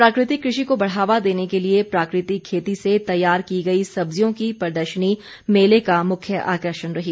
प्राकृतिक कृषि को बढ़ावा देने के लिए प्राकृतिक खेती से तैयार की गई सब्जियों की प्रदर्शनी मेले का मुख्य आकर्षण रही